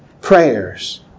prayers